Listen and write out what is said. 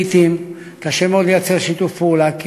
לעתים קשה מאוד לייצר שיתוף פעולה,